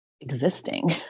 existing